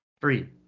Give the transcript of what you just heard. Three